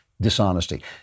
dishonesty